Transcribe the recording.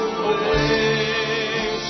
away